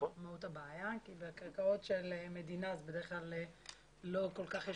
הבעיה כי בקרקעות המדינה אין כל כך את